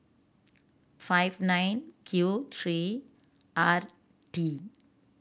five nine Q three R T